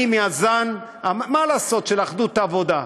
אני מהזן, מה לעשות, של אחדות העבודה.